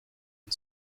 and